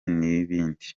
n’ibindi